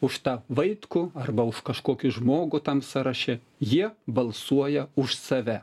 už tą vaitkų arba už kažkokį žmogų tam sąraše jie balsuoja už save